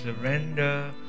surrender